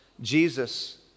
Jesus